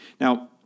Now